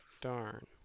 darn